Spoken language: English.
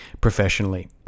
professionally